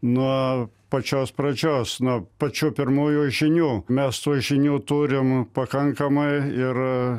nuo pačios pradžios nuo pačių pirmųjų žinių mes tų žinių turim pakankamai ir